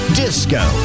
disco